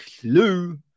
clue